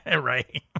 Right